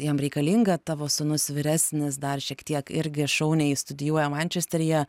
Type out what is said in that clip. jam reikalinga tavo sūnus vyresnis dar šiek tiek irgi šauniai studijuoja mančesteryje